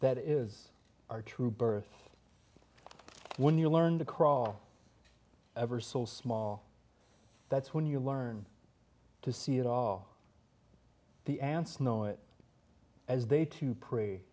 that is our troops earth when you learn to crawl ever so small that's when you learn to see it all the answers know it as they to pray